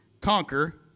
conquer